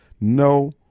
No